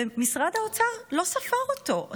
ומשרד האוצר לא ספר אותו.